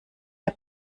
der